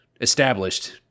established